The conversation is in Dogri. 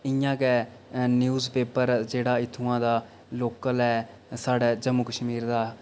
इंया गै न्यूज़ पेपर जेह्ड़ा इत्थुआं दा लोकल ऐ साढ़े जम्मू कश्मीर दा